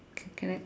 correct